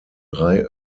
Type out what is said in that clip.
drei